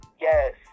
yes